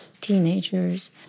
teenagers